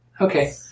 Okay